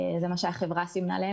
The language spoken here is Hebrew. זה מה שהחברה סימנה להן.